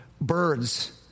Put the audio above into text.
birds